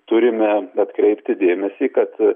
turime atkreipti dėmesį kad